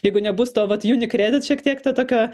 jeigu nebus to vat unicredit šiek tiek to tokio